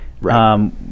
Right